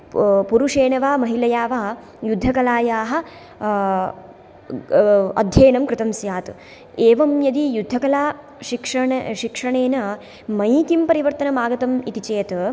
पुरुषेण वा महिलया वा युद्धकलायः अध्ययनं कृतं स्यात् एवं यदि युद्धकला शिक्षण शिक्षणेन मयि किं परिवर्तनं आगतम् इति चेत्